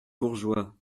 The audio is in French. bourgeois